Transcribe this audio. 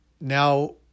now